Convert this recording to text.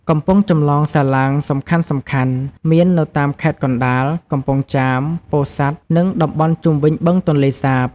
កំពង់ចម្លងសាឡាងសំខាន់ៗមាននៅតាមខេត្តកណ្ដាល កំពង់ចាម ពោធិ៍សាត់ និងតំបន់ជុំវិញបឹងទន្លេសាប។